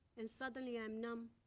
and suddenly i am numb,